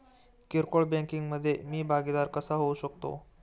किरकोळ बँकिंग मधे मी भागीदार कसा होऊ शकतो?